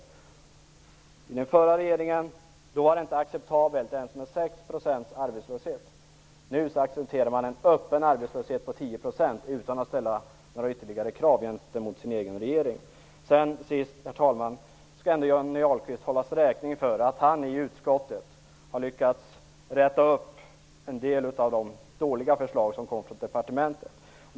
Under den förra regeringen var det inte acceptabelt ens med 6 % arbetslöshet. Nu accepterar man en öppen arbetslöshet på 10 % utan att ställa några ytterligare krav gentemot sin egen regering. Till sist, herr talman, skall ändå Johnny Ahlqvist hållas räkning för att han i utskottet har lyckats räta upp en del av de dåliga förslag som kom från departementet.